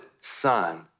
son